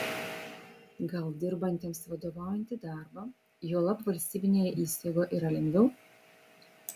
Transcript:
gal dirbantiems vadovaujantį darbą juolab valstybinėje įstaigoje yra lengviau